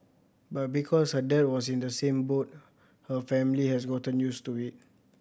but because her dad was in the same boat her family has gotten used to it